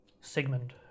Sigmund